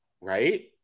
Right